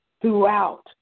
throughout